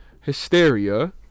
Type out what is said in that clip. hysteria